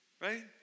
Right